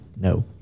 No